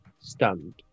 Stunned